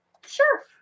Sure